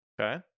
Okay